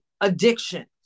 addiction